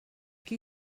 qui